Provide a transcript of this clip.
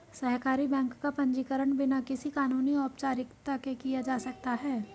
सहकारी बैंक का पंजीकरण बिना किसी कानूनी औपचारिकता के किया जा सकता है